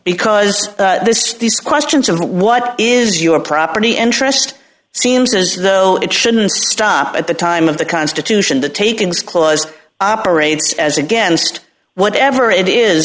because this these questions of what is your property interest seems as though it shouldn't stop at the time of the constitution the taken as clause operates as against whatever it is